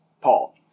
Paul